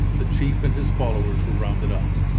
the chief and his followers were rounded up.